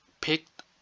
picked